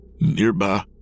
Nearby